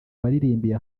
waririmbiye